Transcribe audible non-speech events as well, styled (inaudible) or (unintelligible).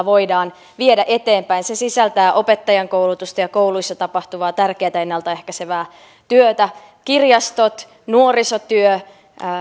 (unintelligible) voidaan viedä eteenpäin se sisältää opettajankoulutusta ja kouluissa tapahtuvaa tärkeätä ennalta ehkäisevää työtä kirjastot nuorisotyö